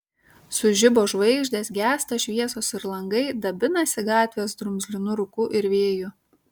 sužibo žvaigždės gęsta šviesos ir langai dabinasi gatvės drumzlinu rūku ir vėju